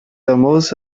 almost